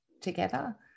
together